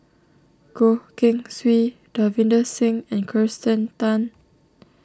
Goh Keng Swee Davinder Singh and Kirsten Tan